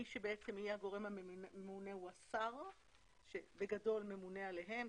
מי שבעצם יהיה הגורם הממונה הוא השר שבגדול ממונה עליהם.